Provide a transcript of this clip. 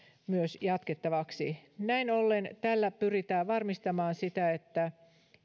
jatkettavaksi näin ollen tällä pyritään varmistamaan sitä että